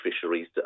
fisheries